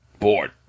Bored